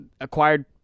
acquired